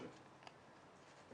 אבל